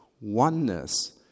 oneness